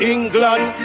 England